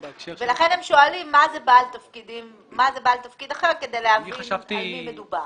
לכן הם שואלים מה זה בעל תפקיד אחר כדי להבין על מה מדובר.